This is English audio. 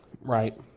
right